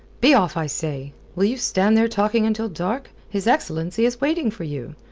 be off, i say. will you stand there talking until dark? his excellency is waiting for you.